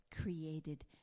created